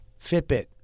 fitbit